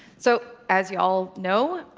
so as you all know,